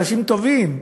אנשים טובים.